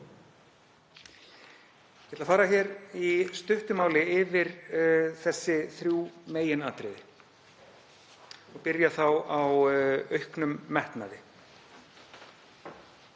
Ég ætla að fara í stuttu máli yfir þessi þrjú meginatriði og byrja á auknum metnaði.